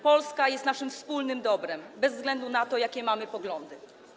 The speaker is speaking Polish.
Polska jest naszym wspólnym dobrem bez względu na to, jakie mamy poglądy.